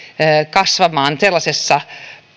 kasvamaan sellaisessa